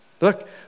Look